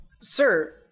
Sir